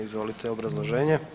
Izvolite obrazloženje.